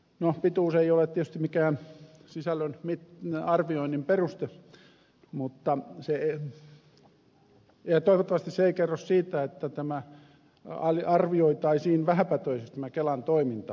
no pituus ei ole tietysti mikään sisällön arvioinnin peruste ja toivottavasti se ei kerro siitä että arvioitaisiin vähäpätöiseksi tämä kelan toiminta